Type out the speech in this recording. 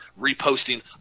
reposting